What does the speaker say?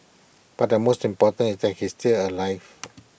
but the most important is that he still alive